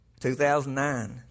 2009